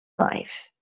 Life